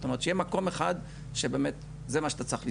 זאת אומרת שיהיה לו מקום אחד שזה מה שצריך לזכור.